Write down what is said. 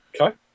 Okay